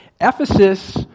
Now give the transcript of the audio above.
Ephesus